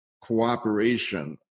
cooperation